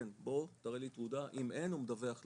כן, בוא תראה לי תעודה, אם אין הוא מדווח לנו,